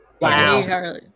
wow